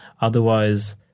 Otherwise